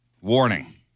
warning